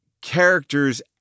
characters